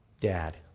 dad